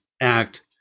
act